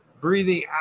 breathing